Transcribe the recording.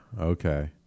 okay